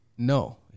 No